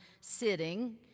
sitting